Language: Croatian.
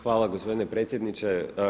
Hvala gospodine predsjedniče.